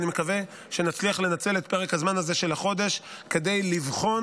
ואני מקווה שנצליח לנצל את פרק הזמן הזה של החודש כדי לבחון,